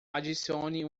adicione